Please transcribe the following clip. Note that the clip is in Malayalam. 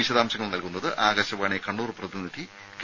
വിശദാംശങ്ങൾ നൽകുന്നത് ആകാശവാണി കണ്ണൂർ പ്രതിനിധി കെ